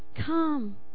come